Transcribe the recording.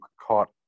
caught